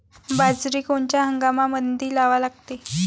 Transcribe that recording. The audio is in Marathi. बाजरी कोनच्या हंगामामंदी लावा लागते?